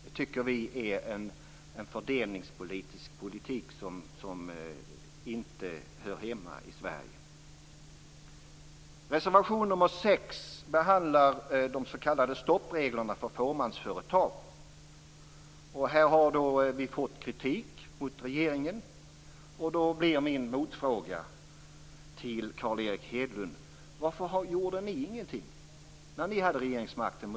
Det tycker vi är en fördelningspolitik som inte hör hemma i Sverige. Reservation nr 6 behandlar de s.k. stoppreglerna för fåmansföretag. Regeringen har fått kritik för detta. Min motfråga till Carl Erik Hedlund blir: Varför gjorde ni ingenting mot stoppreglerna när ni hade regeringsmakten?